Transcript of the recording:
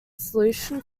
solution